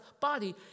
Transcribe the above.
body